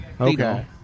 Okay